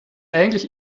eigentlich